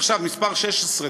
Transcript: עכשיו מס' 16,